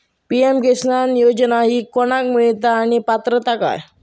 PM Kisan योजना ही कोणाक मिळता आणि पात्रता काय?